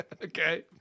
Okay